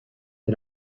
can